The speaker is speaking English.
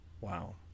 Wow